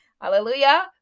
Hallelujah